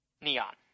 Neon